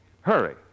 Hurry